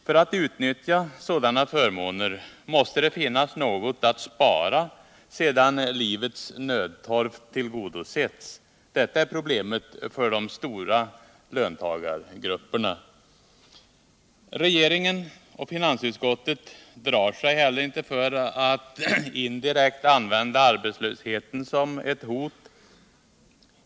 För att utnyttja sådana förmåner måste det finnas något att spara, sedan livets nödtorft har tillgodosetts. Detta är problemet för de stora löntagargrupperna. Regeringen och finansutskottet drar sig heller inte för att indirekt använda arbetslösheten som hot.